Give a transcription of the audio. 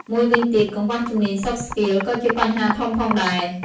មួយវិញទៀត កង្វះជំនាញ Soft Skills ក៏ជាបញ្ហាធំផងដែរ។